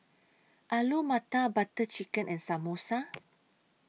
Alu Matar Butter Chicken and Samosa